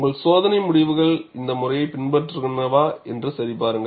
உங்கள் சோதனை முடிவுகள் இந்த முறையைப் பின்பற்றுகின்றனவா என்று சரி பாருங்கள்